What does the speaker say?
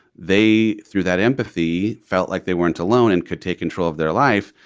they threw that empathy, felt like they weren't alone and could take control of their life.